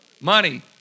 Money